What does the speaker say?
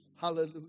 Hallelujah